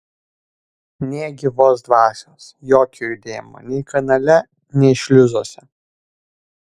nė gyvos dvasios jokio judėjimo nei kanale nei šliuzuose